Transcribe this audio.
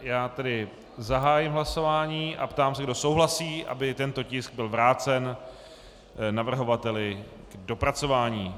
Já tedy zahájím hlasování a ptám se, kdo souhlasí, aby tento tisk byl vrácen navrhovateli k dopracování.